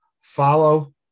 follow